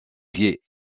pieds